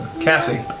Cassie